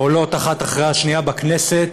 עולות אחת אחרי השנייה בכנסת